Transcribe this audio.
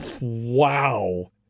Wow